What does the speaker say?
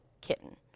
kitten